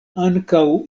ankaŭ